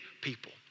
people